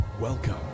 Welcome